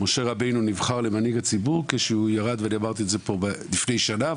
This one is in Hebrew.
משה רבנו נבחר למנהיג הציבור כשהוא ירד ואני אמרתי את זה פה לפני שנה,